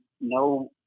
no